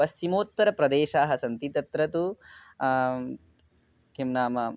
पश्चिमोत्तरप्रदेशाः सन्ति तत्र तु किं नाम